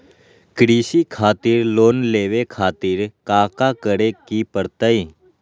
कृषि खातिर लोन लेवे खातिर काका करे की परतई?